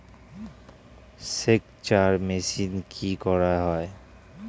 সেকচার মেশিন কি করা হয়?